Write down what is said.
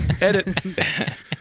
Edit